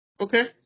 Okay